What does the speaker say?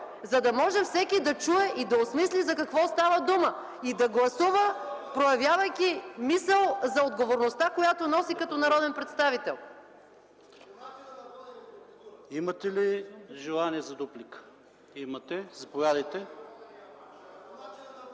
за да може всеки да чуе и да осмисли за какво става дума. Да гласува, проявявайки мисъл за отговорността, която носи като народен представител. (Реплика от народния представител